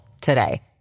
today